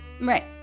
Right